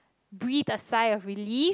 breathe a sigh of relief